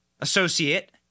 associate